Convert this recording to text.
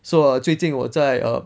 so err 最近我在 err